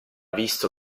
visto